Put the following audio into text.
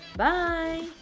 bye!